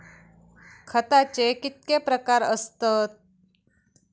खताचे कितके प्रकार असतत?